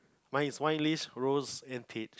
mine is wine list rose and paid